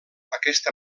aquesta